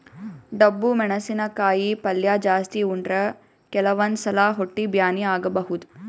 ಡಬ್ಬು ಮೆಣಸಿನಕಾಯಿ ಪಲ್ಯ ಜಾಸ್ತಿ ಉಂಡ್ರ ಕೆಲವಂದ್ ಸಲಾ ಹೊಟ್ಟಿ ಬ್ಯಾನಿ ಆಗಬಹುದ್